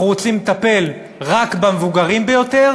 אנחנו רוצים לטפל רק במבוגרים ביותר